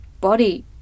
body